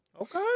Okay